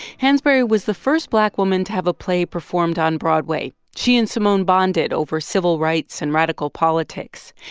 hansberry was the first black woman to have a play performed on broadway. she and simone bonded over civil rights and radical politics.